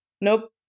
Nope